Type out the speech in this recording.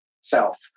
self